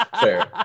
Fair